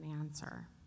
answer